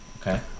Okay